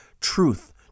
truth